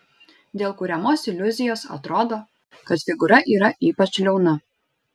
dėl kuriamos iliuzijos atrodo kad figūra yra ypač liauna